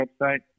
website